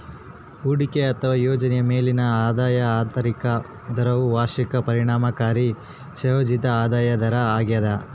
ಹೂಡಿಕೆ ಅಥವಾ ಯೋಜನೆಯ ಮೇಲಿನ ಆದಾಯದ ಆಂತರಿಕ ದರವು ವಾರ್ಷಿಕ ಪರಿಣಾಮಕಾರಿ ಸಂಯೋಜಿತ ಆದಾಯ ದರ ಆಗ್ಯದ